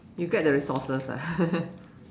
you get the resources ah